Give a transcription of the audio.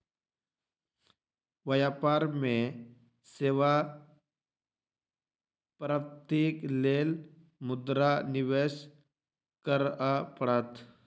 व्यापार में सेवा प्राप्तिक लेल मुद्रा निवेश करअ पड़त